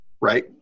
right